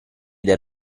del